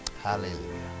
Hallelujah